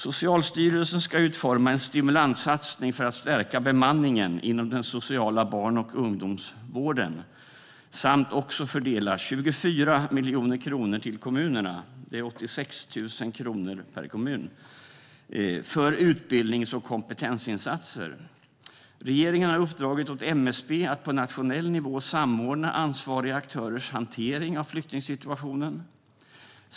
Socialstyrelsen ska utforma en stimulanssatsning för att stärka bemanningen inom den sociala barn och ungdomsvården samt också fördela 24 miljoner kronor till kommunerna - 86 000 kronor per kommun - för utbildnings och kompetensinsatser. Regeringen har uppdragit åt MSB att på nationell nivå samordna ansvariga aktörers hantering av flyktingsituationen.